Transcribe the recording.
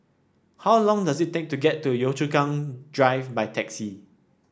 how long does it take to get to Yio Chu Kang Drive by taxi